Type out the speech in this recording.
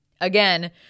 Again